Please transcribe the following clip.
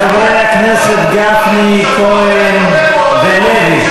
חברי הכנסת גפני, כהן ולוי,